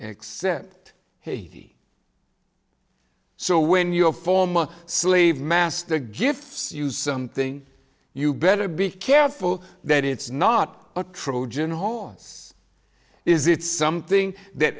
except he so when your former slave master gifts you something you better be careful that it's not a trojan horse is it something that